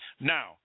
now